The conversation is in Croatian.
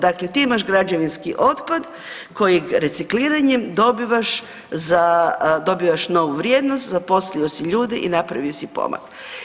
Dakle, ti imaš građevinski otpad kojeg recikliranjem dobivaš za, dobivaš novu vrijednost, zaposlio si ljude i napravio si pomak.